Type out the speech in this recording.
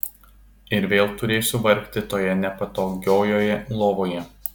ir vėl turėsiu vargti toje nepatogiojoje lovoje